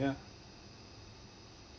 ya